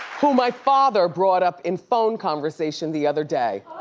who my father brought up in phone conversation the other day.